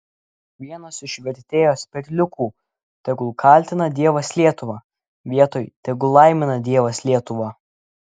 vienas iš vertėjos perliukų tegul kaltina dievas lietuvą vietoj tegul laimina dievas lietuvą